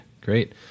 great